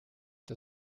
der